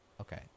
Okay